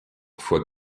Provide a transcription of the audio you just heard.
foi